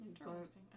Interesting